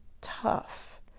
tough